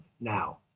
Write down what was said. now